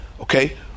okay